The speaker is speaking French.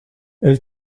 elle